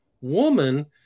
woman